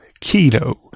keto